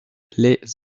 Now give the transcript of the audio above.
les